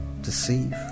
deceive